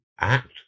act